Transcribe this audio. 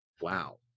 wow